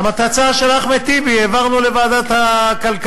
כי את ההצעה של אחמד טיבי העברנו לוועדת הכלכלה,